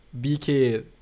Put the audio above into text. BK